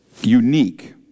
unique